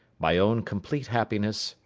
my own complete happiness,